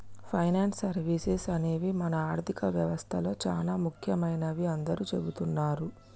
finance services అనేవి మన ఆర్థిక వ్యవస్తలో చానా ముఖ్యమైనవని అందరూ చెబుతున్నరు